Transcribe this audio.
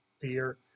fear